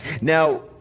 Now